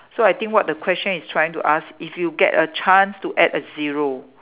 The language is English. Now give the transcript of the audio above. so I think what the question is trying to ask if you get a chance to add a zero